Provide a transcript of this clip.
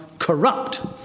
corrupt